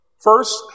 first